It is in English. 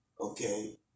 okay